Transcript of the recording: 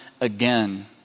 again